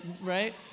right